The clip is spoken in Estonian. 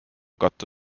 katta